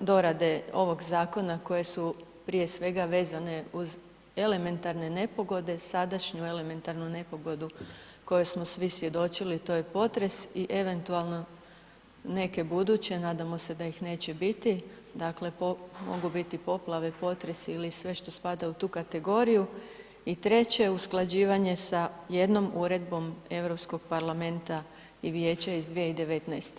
dorade ovog zakona koje su prije svega vezane uz elementarne nepogode, sadašnju elementarnu nepogodu kojoj smo svi svjedočili, to je potres i eventualno neke buduće, nadamo se da ih neće biti, dakle, mogu biti poplave, potresti ili sve što spada u tu kategoriju i treće usklađivanje sa jednom uredbom Europskog parlamenta i vijeća iz 2019.